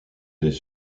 des